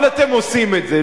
אבל אתם עושים את זה.